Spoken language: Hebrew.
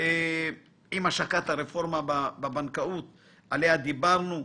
עם השקת הרפורמה בבנקאות עליה דיברנו.